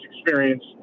experience